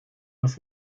los